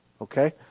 Okay